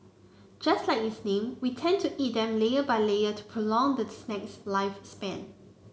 just like its name we tend to eat them layer by layer to prolong the snack's lifespan